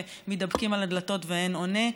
שמידפקים על הדלתות ואין עונה,